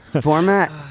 Format